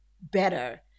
better